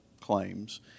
claims